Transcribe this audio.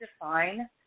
define